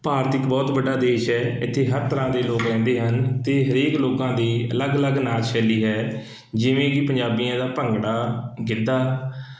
ਭਾਰਤ ਇੱਕ ਬਹੁਤ ਵੱਡਾ ਦੇਸ਼ ਹੈ ਇੱਥੇ ਹਰ ਤਰ੍ਹਾਂ ਦੇ ਲੋਕ ਰਹਿੰਦੇ ਹਨ ਅਤੇ ਹਰੇਕ ਲੋਕਾਂ ਦੀ ਅਲੱਗ ਅਲੱਗ ਨਾਚ ਸ਼ੈਲੀ ਹੈ ਜਿਵੇਂ ਕਿ ਪੰਜਾਬੀਆਂ ਦਾ ਭੰਗੜਾ ਗਿੱਧਾ